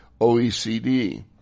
OECD